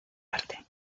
arte